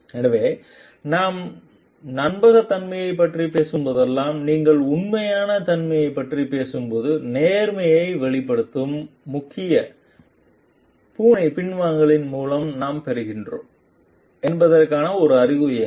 எனவே நாம் நம்பகத்தன்மையைப் பற்றி பேசும் போதெல்லாம் நீங்கள் உண்மையான தன்மையைப் பற்றிப் பேசும்போது நேர்மையை வெளிப்படுத்தும் முக்கிய பூனை பின்வாங்கல்களின் மூலம் நாம் பெறுகிறோம் என்பதற்கான ஒரு அறிகுறியாகும்